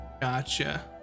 Gotcha